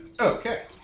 Okay